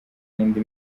n’indi